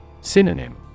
Synonym